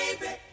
baby